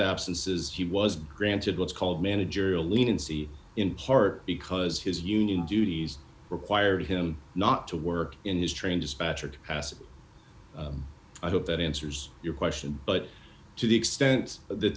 absences he was granted what's called managerial leniency in part because his union duties require him not to work in his train dispatcher capacity i hope that answers your question but to the extent that